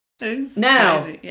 Now